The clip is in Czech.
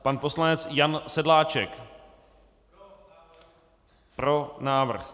Pan poslanec Jan Sedláček: Pro návrh.